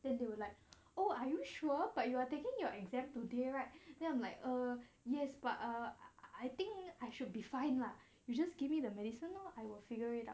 then they were like oh are you sure but you are taking your exam today right then I'm like err yes but err I think I should be fine lah you just give me the medicine lor I will figure already lah